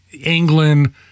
England